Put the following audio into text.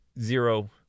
zero